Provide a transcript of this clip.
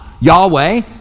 yahweh